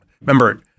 remember